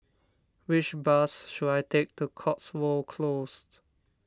which bus should I take to Cotswold Close